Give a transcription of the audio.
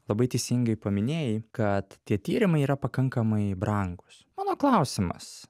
labai teisingai paminėjai kad tie tyrimai yra pakankamai brangūs mano klausimas